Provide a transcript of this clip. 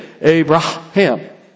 Abraham